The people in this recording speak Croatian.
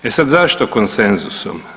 E sad zašto konsenzusom?